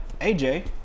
aj